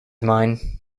mine